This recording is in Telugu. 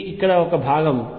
ఇది ఇక్కడ ఒక భాగం